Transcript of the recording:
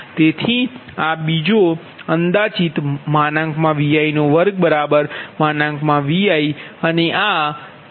તેથી આ બીજો અંદાજિત Vi2≅Viઅને આ BiiQi